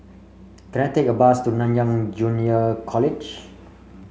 can I take a bus to Nanyang Junior College